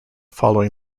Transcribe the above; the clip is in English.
following